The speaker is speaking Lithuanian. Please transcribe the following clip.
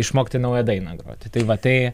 išmokti naują dainą groti tai va tai